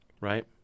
right